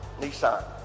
Nissan